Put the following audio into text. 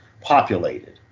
populated